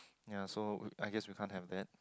ya so I guess we can't have that